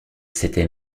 s’était